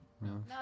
No